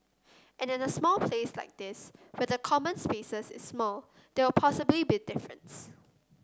and in a small place like this where the common spaces is small there will possibly be difference